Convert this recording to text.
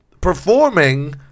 performing